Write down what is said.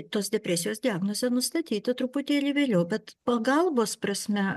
tos depresijos diagnozę nustatyti truputėlį vėliau bet pagalbos prasme